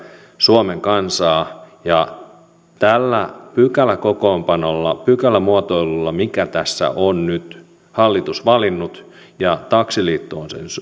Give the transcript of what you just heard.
suomen kansaa tällä pykäläkokoonpanolla pykälämuotoilulla minkä tässä on nyt hallitus valinnut ja taksiliitto